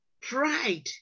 Pride